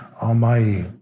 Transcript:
Almighty